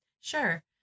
Sure